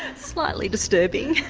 ah slightly disturbing.